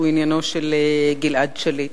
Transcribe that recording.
הרי זה עניינו של גלעד שליט.